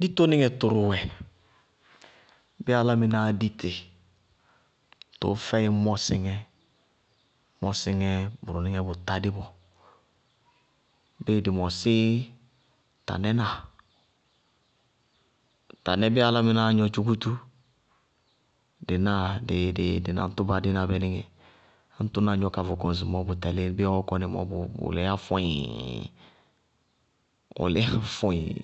Ditonɩŋɛ tʋrʋ wɛ bɩɩ álámɩnáá dí tɩ, bʋʋ fɛɩ mɔsɩŋɛ bʋrʋnɩŋɛ bʋ tádé bɔɔ, bíɩ dɩ mɔsí tanɛna, tanɛ bíɩ álámɩnáá gnɔ tchúkútú dɩ tɩtɩŋɛ dɩ náa dɩ naŋtʋba dí na bɛ níŋɛ. Ñŋ tʋna gnɔ ka vɔkɔ ŋsɩmɔɔ tɛlɩ, bʋ tɛlíɩ, bíɩ ɔɔ kɔní ŋsɩmɔɔ, bʋʋ líyá fʋɩɩɩŋ!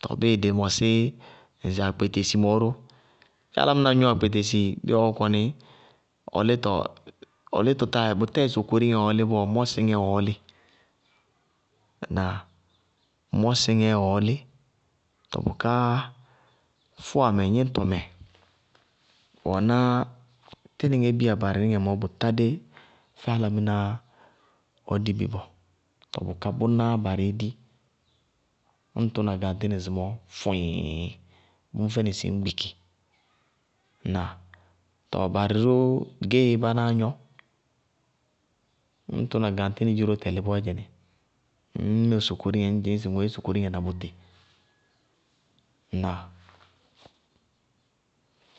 Tɔɔ bíɩ dɩ mɔsí ŋsɩ akpetesi mɔɔ ró. Bíɩ alamignɔ akpetesi, bíɩ ɔɔ kɔní ɔ lítɔ táa bʋtɛɛ sokoríŋɛɛ ɔɔ lí bɔɔ, mɔsɩŋɛɛ ɔɔ lí ŋñná? Tɔɔ bʋká fʋwamɛ gníñtɔmɛ, bʋ wɛná tínɩŋɛ bíya barɩ níŋɛ mɔɔ bʋtá dé fɛ álámɩnáá ɔ dí bɩ bɔɔ. Tɔɔ bʋká bʋnáá barɩí dí. Ñŋ tʋná gaŋtí nɩ mɔɔ fʋɩɩɩŋ! Bʋʋ mʋ fɛnɩ ŋsɩ ñ gbiki. Ŋnáa? Barɩ ró, géeé bánáá gnɔ, ñŋ tʋna gaŋtí nɩ dziró tɛlɩ bɔɔyɛnɩ, ŋñ mí ɔ sokoriŋɛ, ŋñ dzɩñ sɩ ŋoé sokoriŋɛ na bʋtɩ. Ŋnáa?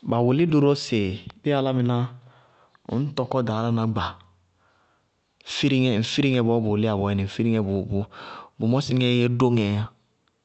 Ba wʋlí dʋ ró sɩ álámɩná ñŋ ŋñ ɖaálaná gba, fíriŋɛ ŋ firiŋɛ bɔɔɔ líyá bɔɔyɛnɩ ŋñná sɩ bʋwɛ dóŋɛɛ yá.